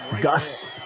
Gus